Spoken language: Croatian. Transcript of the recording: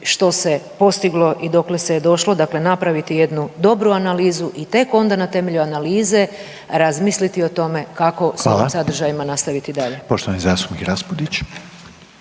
što se postiglo i dokle se je došlo. Dakle, napraviti jednu dobru analizu i tek onda na temelju analize razmisliti o tome kako sa ovim sadržajima nastaviti dalje. **Reiner, Željko (HDZ)**